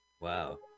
Wow